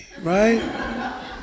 right